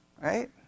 Right